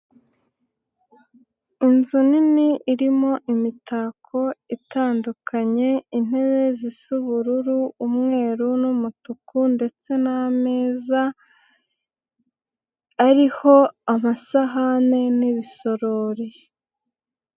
Inzu nini irimo imitako itandukanye intebe zisa ubururu umweru n'umutuku ndetse n'ameza, ariho amasahane n'ibisorori.